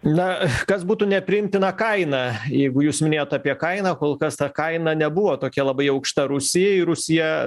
na kas būtų nepriimtina kaina jeigu jūs minėjot apie kainą kol kas ta kaina nebuvo tokia labai aukšta rusijai rusija